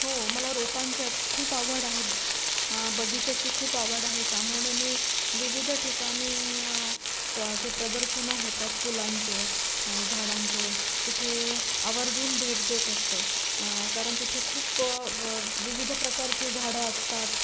हो मला रोपांच्यात खूप आवड आहे बगीचाची खूप आवड आहे त्यामुळे मी विविध ठिकाणी प जे प्रदर्शनं होतात फुलांचे झाडांचे तिथे आवर्जून भेट देत असते कारण तिथे खूप विविध प्रकारची झाडं असतात